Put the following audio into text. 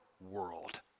world